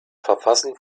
verfassen